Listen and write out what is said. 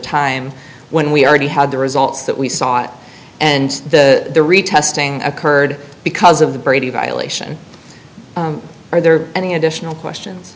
time when we already had the results that we saw it and the testing occurred because of the brady violation are there any additional questions